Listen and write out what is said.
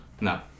No